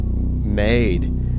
made